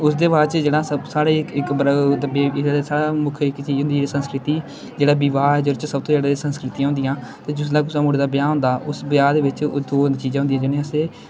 उसदे बाद च जेह्ड़ा सब्भ साढ़े च इक इक साढ़ा मुक्ख जेह्की चीज होंदी जेह्ड़ी संस्कृति जेह्ड़ा बिबाह ऐ जेह्दे च सब्भ तो जैदा संस्कृतियां होंदियां ते जिसलै कुसै मुड़े दा ब्याह् होंदा उस ब्याह् दे बिच्च दो चीजां होंदियां जिनें गी अस